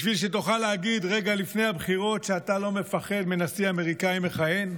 בשביל שתוכל להגיד רגע לפני הבחירות שאתה לא מפחד מנשיא אמריקאי מכהן?